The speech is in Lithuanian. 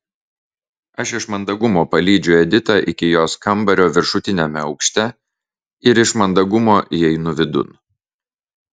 aš iš mandagumo palydžiu editą iki jos kambario viršutiniame aukšte ir iš mandagumo įeinu vidun